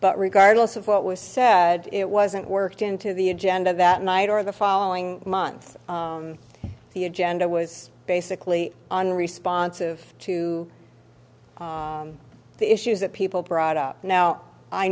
but regardless of what was said it wasn't worked into the agenda that night or the following month the agenda was basically unresponsive to the issues that people brought up now i